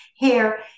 hair